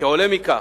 כעולה מכך,